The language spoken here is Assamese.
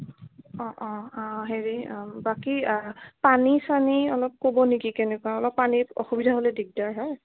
অ' অ' হেৰি অ' বাকী পানী চানী অলপ ক'ব নেকি কেনেকুৱা অলপ পানীত অসুবিধা হ'লে দিগদাৰ হয়